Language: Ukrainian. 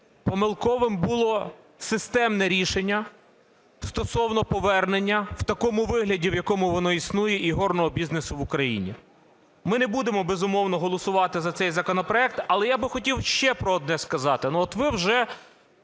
помилковим було системне рішення стосовно повернення в такому вигляді, в якому воно існує, ігорного бізнесу в Україні. Ми не будемо, безумовно, голосувати за цей законопроект, але я би хотів ще про одне сказати. От ви вже